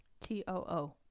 T-O-O